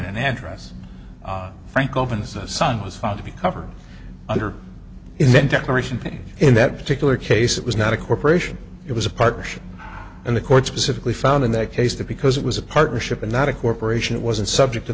in an address frank opens the sun has to be covered under event declaration thing in that particular case it was not a corporation it was a partnership and the court specifically found in that case that because it was a partnership and not a corporation it wasn't subject to